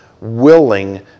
willing